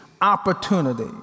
Opportunity